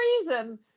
reason